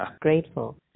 grateful